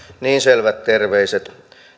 niin selvät terveiset